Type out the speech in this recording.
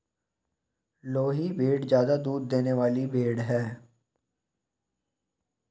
लोही भेड़ ज्यादा दूध देने वाली भेड़ है